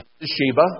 Sheba